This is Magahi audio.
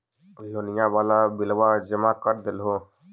लोनिया वाला बिलवा जामा कर देलहो?